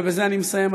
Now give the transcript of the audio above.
ובזה אני מסיים,